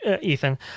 Ethan